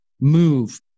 move